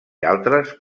altres